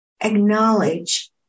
acknowledge